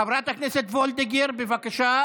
חברת הכנסת וולדיגר, בבקשה, נא להציג.